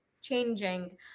changing